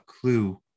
clue